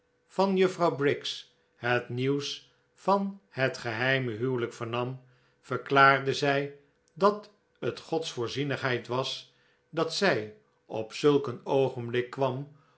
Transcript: van juffrouw briggs het nieuws van het geheime huwelijk vernam verklaarde zij dat het gods voorzienigheid was dat zij op zulk een oogenblik kwam